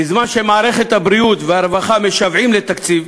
בזמן שמערכות הבריאות והרווחה משוועות לתקציב.